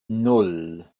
nan